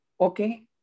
okay